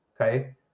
okay